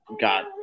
got